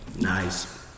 nice